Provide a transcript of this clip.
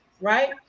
right